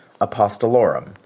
Apostolorum